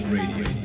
Radio